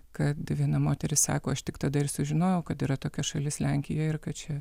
kad viena moteris sako aš tik tada ir sužinojau kad yra tokia šalis lenkija ir kad čia